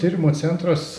tyrimų centras